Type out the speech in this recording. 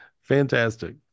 Fantastic